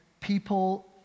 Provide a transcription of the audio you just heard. people